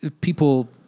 people